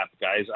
guys